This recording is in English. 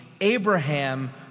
Abraham